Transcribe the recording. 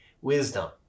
wisdom